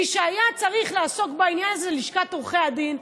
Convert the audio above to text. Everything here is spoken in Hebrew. מי שהיה צריך לעסוק בעניין זה לשכת עורכי הדין,